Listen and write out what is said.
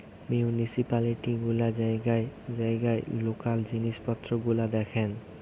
municipality গুলা জায়গায় জায়গায় লোকাল জিনিস পত্র গুলা দেখেন